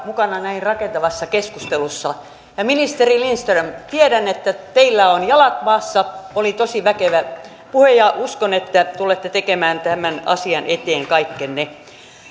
mukana näin rakentavassa keskustelussa ministeri lindström tiedän että teillä on jalat maassa oli tosi väkevä puhe ja uskon että tulette tekemään tämän asian eteen kaikkenne